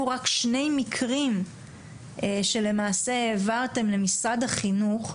רק שני מקרים שלמעשה העברתם למשרד החינוך.